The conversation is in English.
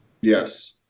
Yes